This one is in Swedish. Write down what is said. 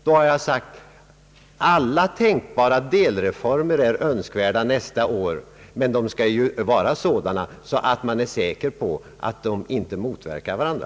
Då har jag sagt att alla tänkbara delreformer är önskvärda nästa år, men de skall vara sådana att man är säker på att de inte motverkar varandra.